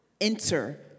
enter